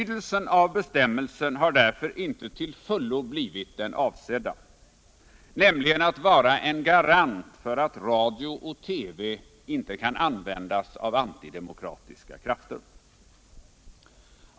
Dess betydelse har därför inte till fullo blivit den avsedda: en garant för att radio och TV inte kan användas av antidemokratiska krafter.